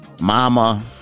Mama